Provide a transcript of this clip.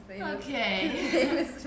Okay